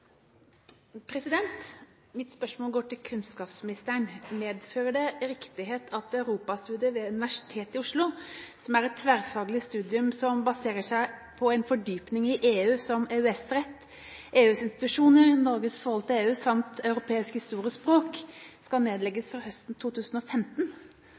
saken. Mitt spørsmål går til kunnskapsministeren: «Medfører det riktighet at europastudier ved Universitet i Oslo – som er et tverrfaglig studium som baserer seg på en fordypning i EU, som EØS-rett, EUs institusjoner, Norges forhold til EU samt europeisk historie og språk – skal